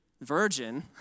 virgin